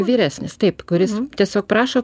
vyresnis taip kuris tiesiog prašo